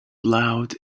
loud